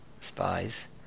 spies